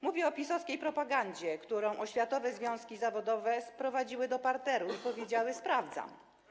Mówię o PiS-owskiej propagandzie, którą oświatowe związki zawodowe sprowadziły do parteru i powiedziały: sprawdzam.